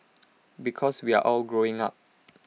because we're all growing up